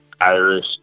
Irish